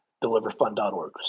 deliverfund.org